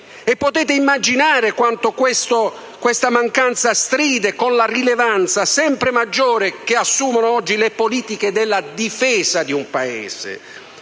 Potete immaginare quanto questa mancanza strida con la rilevanza sempre maggiore che assumono oggi le politiche della difesa di un Paese.